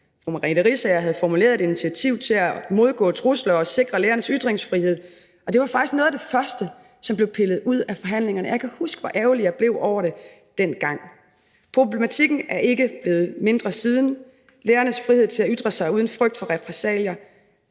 fru Merete Riisager havde formuleret et initiativ til at imødegå trusler og sikre lærernes ytringsfrihed, og det var faktisk noget af det første, som blev pillet ud af forhandlingerne, og jeg kan huske, hvor ærgerlig jeg blev over det dengang. Problematikken er ikke blevet mindre siden. Lærernes frihed til at ytre sig uden frygt for repressalier